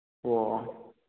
ꯑꯣ ꯑꯣ